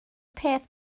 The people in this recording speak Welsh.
peth